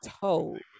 told